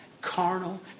carnal